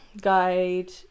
guide